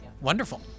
Wonderful